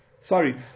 Sorry